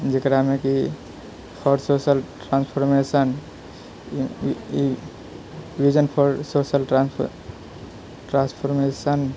जकरामे कि हर सोशल ट्रांसफॉर्मेशन ई reason for social transform transformation